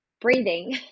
breathing